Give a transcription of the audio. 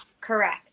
Correct